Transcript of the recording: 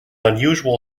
unusual